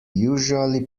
usually